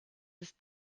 ist